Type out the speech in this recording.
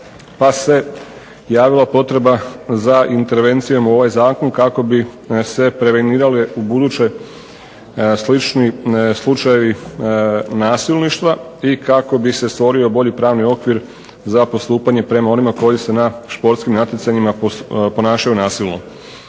pa se javila potreba za intervencijom u ovaj zakon kako bi se prevenirali budući slični slučajevi nasilništva i kako bi se stvorio bolji pravni okvir za postupanje prema onima koji se na športskim natjecanjima ponašanju nasilno.